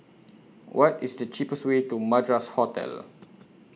What IS The cheapest Way to Madras Hotel